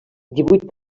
divuit